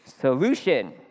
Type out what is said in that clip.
Solution